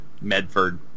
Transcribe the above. Medford